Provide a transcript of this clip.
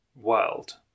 world